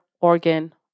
organ